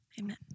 amen